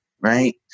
right